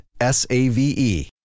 S-A-V-E